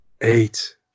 Eight